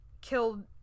killed